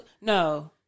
no